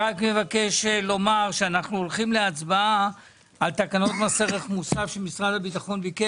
אנחנו הולכים להצביע על תקנות מס ערך מוסף שמשרד הביטחון ביקש